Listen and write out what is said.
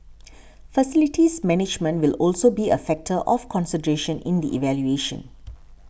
facilities management will also be a factor of consideration in the evaluation